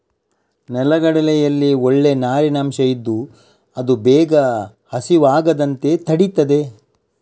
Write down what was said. ನೆಲಗಡಲೆಯಲ್ಲಿ ಒಳ್ಳೇ ನಾರಿನ ಅಂಶ ಇದ್ದು ಅದು ಬೇಗ ಹಸಿವಾಗದಂತೆ ತಡೀತದೆ